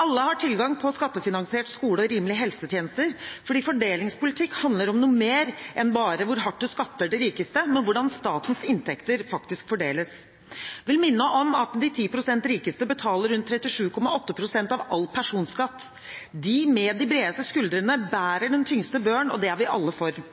Alle har tilgang til skattefinansiert skole og rimelige helsetjenester fordi fordelingspolitikk handler om noe mer enn bare hvor hardt en skatter de rikeste, men hvordan statens inntekter faktisk fordeles. Jeg vil minne om at de 10 pst. rikeste betaler rundt 37,8 pst. av all personskatt. De med de bredeste skuldrene bærer den